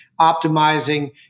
optimizing